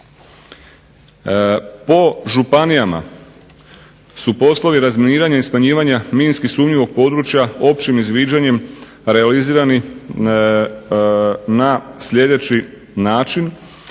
Po županijama su poslovi razminiranja i smanjivanja minski sumnjivog područja općim izviđanjem realizirani na sljedeći način.